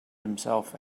himself